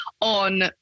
on